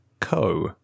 co